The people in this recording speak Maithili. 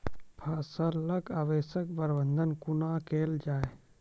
फसलक अवशेषक प्रबंधन कूना केल जाये?